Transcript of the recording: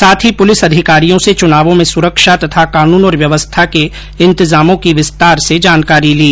साथ ही पुलिस अधिकारियों से चुनावों में सुरक्षा तथा कानून और व्ययवस्था के इंतजामों की विस्तार से जानकारी ली